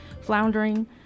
floundering